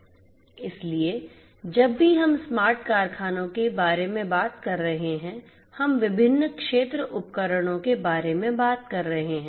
इसलिए जब भी हम स्मार्ट कारखानों के बारे में बात कर रहे हैं हम विभिन्न क्षेत्र उपकरणों के बारे में बात कर रहे हैं